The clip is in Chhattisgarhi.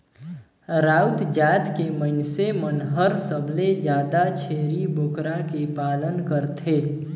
राउत जात के मइनसे मन हर सबले जादा छेरी बोकरा के पालन करथे